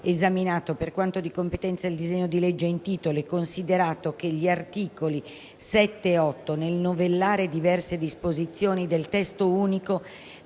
esaminato, per quanto di competenza, il disegno di legge in titolo e considerato che: - gli articoli 7 e 8 - nel novellare diverse disposizioni del testo unico